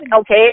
Okay